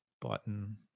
button